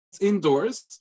indoors